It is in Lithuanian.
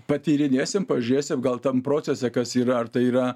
patyrinėsim pažiūrėsim gal tam procese kas yra ar tai yra